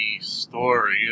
story